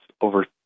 over